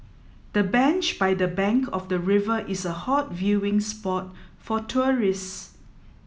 the bench by the bank of the river is a hot viewing spot for tourists